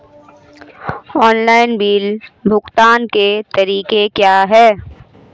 Online bill भुगतान के तरीके क्या हैं?